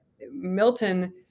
Milton